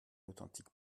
authentique